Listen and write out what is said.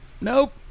nope